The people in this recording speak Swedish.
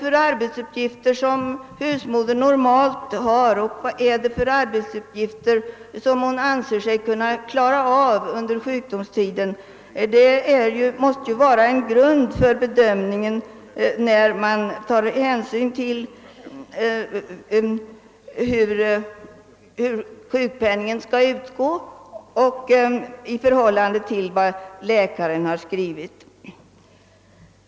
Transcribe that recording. De arbetsuppgifter som husmodern normalt har och de arbetsuppgifter hon anser sig klara av under sjukdomstiden måste vara en grund när man med hänsyn till läkarens utlåtande bedömer hur sjukpenningen skall utgå.